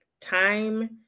time